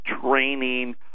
training